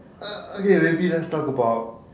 uh okay maybe let's talk about